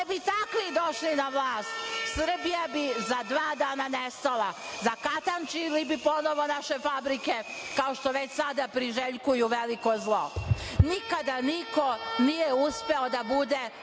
bi takvi došli na vlast Srbija bi za dva dana nestala, zakatančili bi ponovo naše fabrike, kao što već sada priželjkuju veliko zlo. Nikada niko nije uspeo da bude